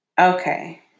okay